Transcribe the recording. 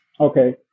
Okay